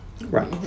Right